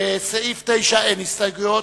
ולסעיף 9 אין הסתייגויות,